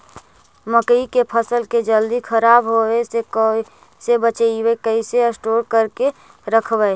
मकइ के फ़सल के जल्दी खराब होबे से कैसे बचइबै कैसे स्टोर करके रखबै?